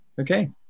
Okay